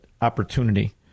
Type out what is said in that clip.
opportunity